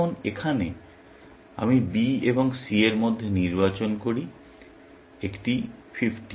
এখন এখানে আমি B এবং C এর মধ্যে নির্বাচন করি একটি 50